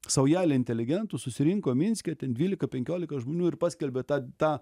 saujelė inteligentų susirinko minske ten dvylika penkiolika žmonių ir paskelbė tą tą